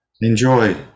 Enjoy